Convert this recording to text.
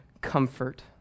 comfort